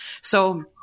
So-